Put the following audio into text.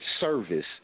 service